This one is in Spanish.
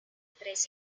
tres